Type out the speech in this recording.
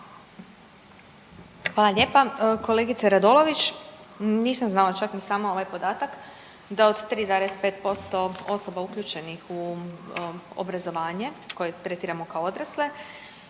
Hvala lijepa. Kolegice Radolović, nisam znala čak ni sama ovaj podatak da od 3,5% osoba uključenih u obrazovanje kojeg tretiramo kao odrasle